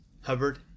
Hubbard